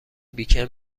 بیکن